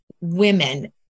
women